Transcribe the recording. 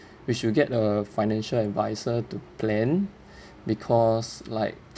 you should get a financial advisor to plan because like